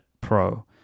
Pro